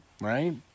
right